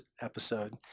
episode